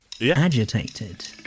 Agitated